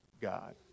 God